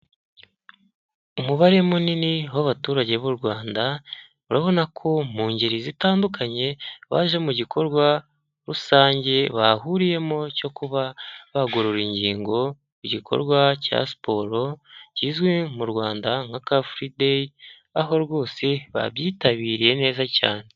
Umubare munini w'abaturage b'u Rwanda urabona ko mu ngeri zitandukanye baje mu gikorwa rusange bahuriyemo cyo kuba bagorora ingingo igikorwa cya siporo kizwi mu rwanda nka car free day, aho rwose babyitabiriye neza cyane.